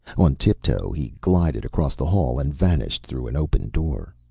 on tiptoe he glided across the hall and vanished through an open door.